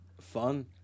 fun